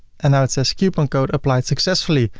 and now it says coupon code applied successfully.